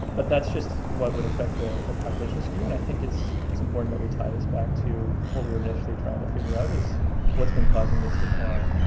but that's just what would affect the the population skew. and i think it's it's important that we tie this back to what we were initially trying to figure out is what's been causing this decline?